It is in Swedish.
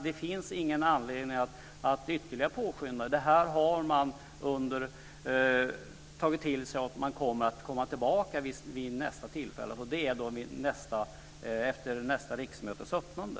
Det finns ingen anledning att ytterligare man kommer tillbaka vid nästa tillfälle, och det är efter nästa riksmötes öppnande.